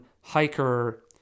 hiker